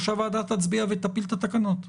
או שהוועדה תצביע ותפיל את התקנות,